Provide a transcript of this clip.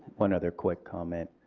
one other quick comment.